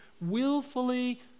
willfully